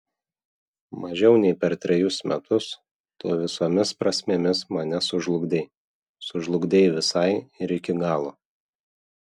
mažiau nei per trejus metus tu visomis prasmėmis mane sužlugdei sužlugdei visai ir iki galo